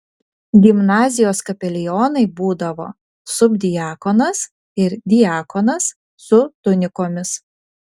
gimnazijos kapelionai būdavo subdiakonas ir diakonas su tunikomis